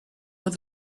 with